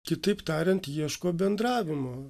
kitaip tariant ieško bendravimo